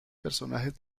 personajes